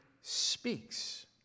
speaks